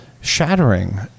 shattering